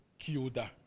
kyoda